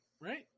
right